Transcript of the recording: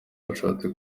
bashatse